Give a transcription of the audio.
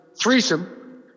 threesome